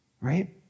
Right